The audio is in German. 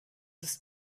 ist